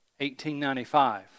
1895